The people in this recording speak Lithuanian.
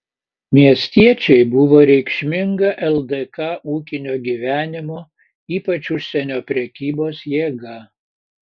miestiečiai buvo reikšminga ldk ūkinio gyvenimo ypač užsienio prekybos jėga